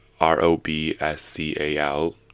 R-O-B-S-C-A-L